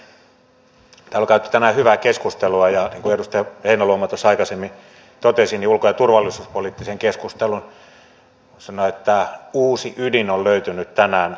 täällä on käyty tänään hyvää keskustelua ja niin kuin edustaja heinäluoma tuossa aikaisemmin totesi ulko ja turvallisuuspoliittisen keskustelun voi sanoa uusi ydin on löytynyt tänään